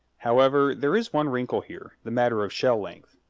however, there is one wrinkle here the matter of shell length.